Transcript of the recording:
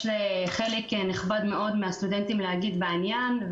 לחלק נכבד מאוד מהסטודנטים להגיד בעניין,